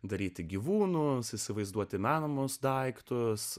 daryti gyvūnus įsivaizduoti įmanomus daiktus